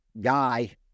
Guy